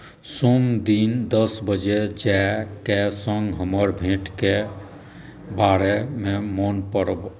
सोम दिन दस बजे जायके सङ्ग हमर भेंटके बारेमे मोन पाड़ब